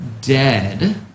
...dead